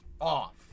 off